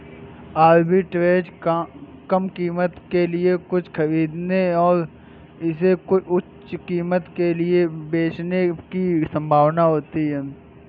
arbitrage कम कीमत के लिए कुछ खरीदने और इसे उच्च कीमत पर बेचने की संभावना होती है